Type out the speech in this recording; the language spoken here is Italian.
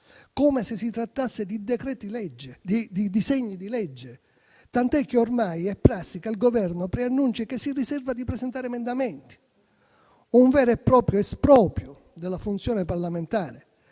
come se si trattasse di disegni di legge, tant'è che ormai è prassi che il Governo preannunci di riservarsi di presentare emendamenti. È un vero e proprio esproprio della funzione parlamentare,